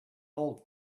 old